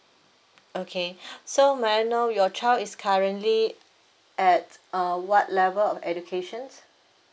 okay so may I know your child is currently at uh what level of educations